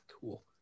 Cool